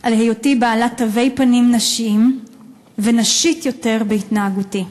על היותי בעלת תווי פנים נשיים ונשית יותר בהתנהגותי.